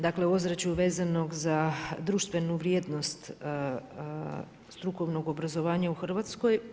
Dakle o ozračju vezanog za društvenu vrijednost strukovnog obrazovanja u Hrvatskoj.